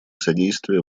содействие